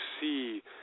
see